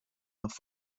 nach